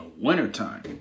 wintertime